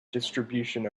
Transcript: distribution